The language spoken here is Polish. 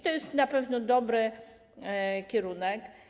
To jest na pewno dobry kierunek.